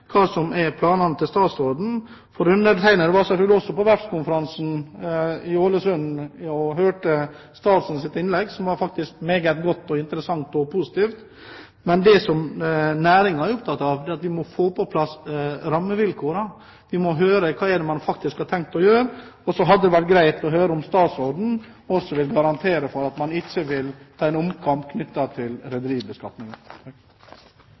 hva som er planene til statsråden. Jeg var selvfølgelig også på verftskonferansen i Ålesund og hørte statsrådens innlegg. Det var faktisk meget godt, interessant og positivt. Det næringen er opptatt av, er at vi må få på plass rammevilkårene. Vi må høre hva det er man faktisk har tenkt å gjøre, og så hadde det vært greit å høre om statsråden også vil garantere for at man ikke vil ta en omkamp om rederibeskatningen. Nei, Regjeringen har ingen planer om en omkamp om rederibeskatningen. Det var faktisk vi som la til